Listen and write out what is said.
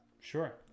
Sure